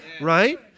Right